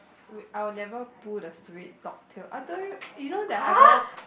w~ I will never pull the stupid dog tail I told you you know that I got one